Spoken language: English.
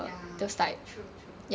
ya true true